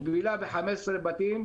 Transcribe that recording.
הוא בילה ב-15 בתים,